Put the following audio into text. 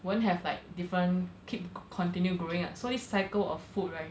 won't have like different keep continue growing ah so this cycle of food right